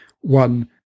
One